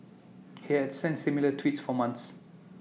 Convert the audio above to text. he had sent similar tweets for months